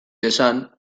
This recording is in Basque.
dezan